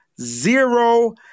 zero